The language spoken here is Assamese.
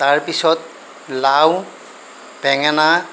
তাৰপিছত লাও বেঙেনা